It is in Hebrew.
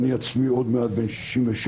אני עצמי עוד מעט בן 67,